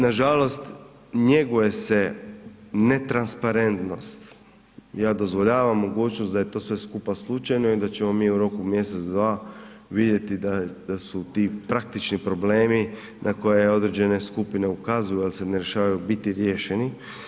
Nažalost njeguje se netransparentnost, ja dozvoljavam mogućnost da je to sve skupa slučajno i da ćemo mi u roku mjesec, dva vidjeti da su ti praktični problemi na koje određene skupine ukazuju jer se ne rješavaju, biti riješeni.